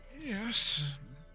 Yes